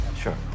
Sure